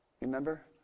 Remember